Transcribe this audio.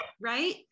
Right